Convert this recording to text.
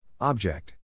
Object